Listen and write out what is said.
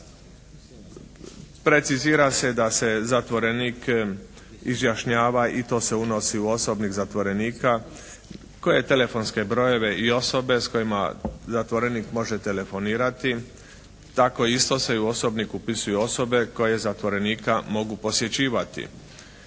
Precizira se da se zatvorenik izjašnjava i to se unosi u osobnik zatvorenika koje telefonske brojeve i osobe s kojima zatvorenik može telefonirati, tako se isto i u osobnik upisuju osobe koje zatvorenika mogu posjećivati.